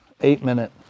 eight-minute